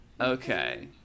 Okay